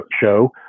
show